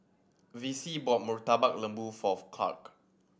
Vicie bought Murtabak Lembu for Clarke